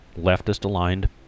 leftist-aligned